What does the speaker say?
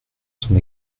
son